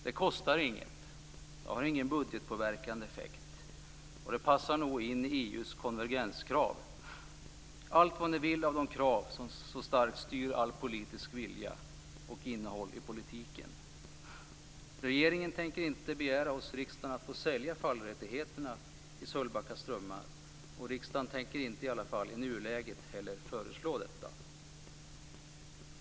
Det kostar inget. Det har ingen budgetpåverkande effekt, och det passar nog in i EU:s konvergenskrav, de krav som så starkt styr all politisk vilja och innehållet i politiken. Regeringen tänker inte begära hos riksdagen att få sälja fallrättigheterna i Sölvbacka strömmar, och riksdagen tänker inte heller föreslå detta i nuläget.